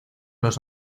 los